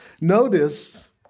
Notice